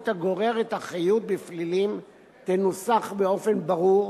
הגוררת אחריות בפלילים תנוסח באופן ברור,